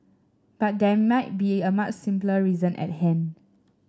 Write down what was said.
but there might be a much simpler reason at hand